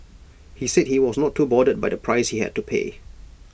he said he was not too bothered by the price he had to pay